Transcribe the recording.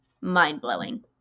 mind-blowing